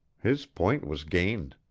his point was gained.